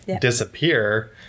disappear